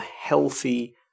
healthy